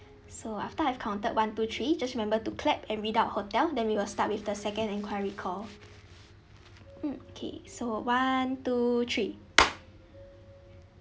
so after I've counted one two three just remember to clap and read out hotel then we will start with the second inquiry call mm okay so one two three